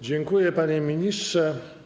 Dziękuję, panie ministrze.